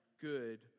good